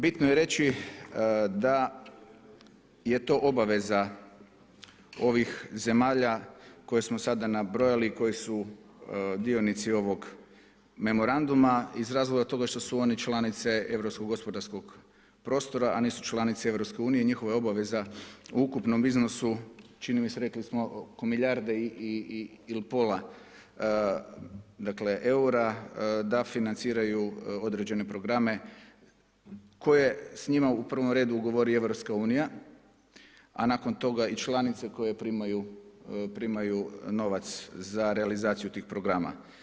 Bitno je reći da je to obaveza ovih zemalja koje smo sada nabrojali i koji su dionici ovog memoranduma iz razloga toga što su oni članice europskog gospodarskog prostora a nisu članice EU i njihova je obaveza u ukupnom iznosu, čini mi se, rekli smo oko milijarde ili pola dakle eura da financiraju određene programe koje s njima u prvom redu ugovori EU a nakon toga i članice koje primaju novac za realizaciju tih programa.